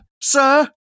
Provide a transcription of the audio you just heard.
sir